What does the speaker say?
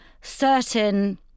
certain